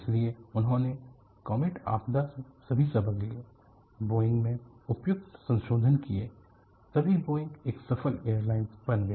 इसलिए उन्होंने कॉमेट आपदा से सभी सबक लिए बोइंग में उपयुक्त संशोधन किए तभी बोइंग एक सफल एयरलाइनर बन गया